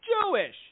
Jewish